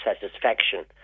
satisfaction